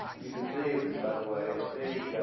you can see by the way, a big,